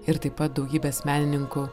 ir taip pat daugybės menininkų